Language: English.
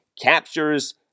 captures